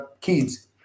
kids